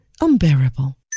unbearable